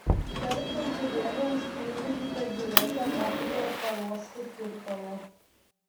per piltuvėlį užpildykite biuretę mokytojo paruoštu tirpalu